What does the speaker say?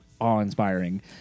awe-inspiring